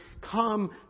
come